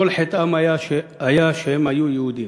שכל חטאם היה שהם היו יהודים.